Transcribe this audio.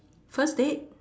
first date